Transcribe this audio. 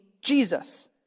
Jesus